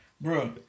Bro